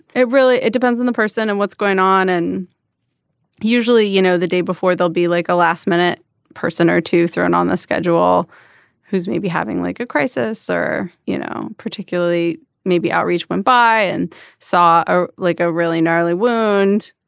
it really depends on the person and what's going on and usually you know the day before they'll be like a last minute person or two thrown on the schedule who's maybe having like a crisis or you know particularly maybe outreach went by and saw a like a really gnarly wound